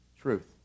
Truth